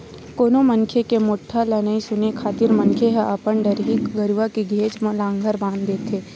कोनो मनखे के मोठ्ठा ल नइ सुने खातिर मनखे ह अपन हरही गरुवा के घेंच म लांहगर बांधे देथे